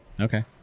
okay